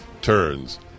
turns